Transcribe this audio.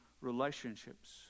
relationships